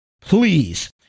please